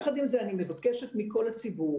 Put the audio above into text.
יחד עם זאת, אני מבקשת מכול הציבור,